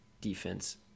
defense